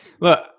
Look